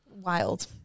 Wild